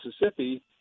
Mississippi